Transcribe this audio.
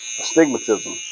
astigmatism